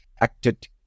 acted